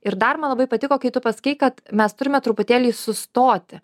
ir dar man labai patiko kai tu pasakei kad mes turime truputėlį sustoti